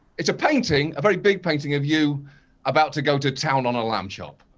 it's a painting, a very big painting of you about to go to town on a lamb chop.